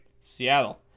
Seattle